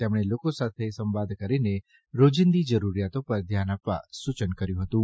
તેમણે લોકો સાથે સંવાદ કરીને રોજીંદી જરૂરિયાતો પર ધ્યાન આપવા સૂચન કર્યું હતું